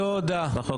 תודה.